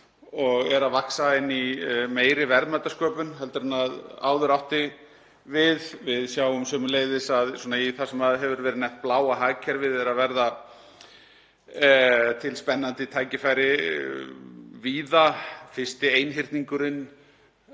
og er að vaxa inn í meiri verðmætasköpun heldur en áður átti við. Við sjáum sömuleiðis að í því sem hefur verið nefnt bláa hagkerfið eru að verða til spennandi tækifæri víða. Fyrsti einhyrningurinn